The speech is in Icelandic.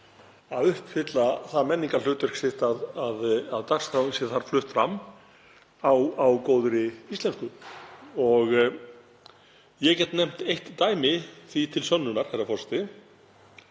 að uppfylla það menningarhlutverk sitt að dagskráin sé flutt fram á góðri íslensku. Ég get nefnt eitt dæmi því til sönnunar, herra forseti.